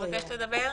מבקשת לדבר.